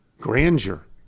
grandeur